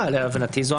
להבנתי זאת אמירה.